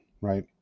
right